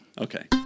Okay